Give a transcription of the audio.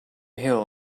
hill